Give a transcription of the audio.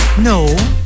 No